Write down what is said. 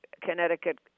Connecticut